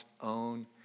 own